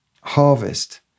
harvest